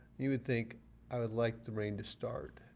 you would think i would like the rain to start,